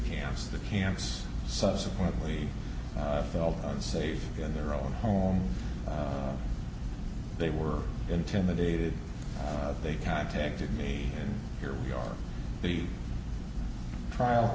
camps the camps subsequently felt safe in their own home they were intimidated they contacted me and here we are the trial